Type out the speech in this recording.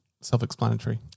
self-explanatory